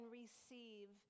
receive